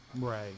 Right